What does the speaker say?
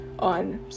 on